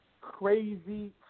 crazy